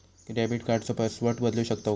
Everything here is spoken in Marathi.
डेबिट कार्डचो पासवर्ड बदलु शकतव काय?